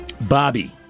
Bobby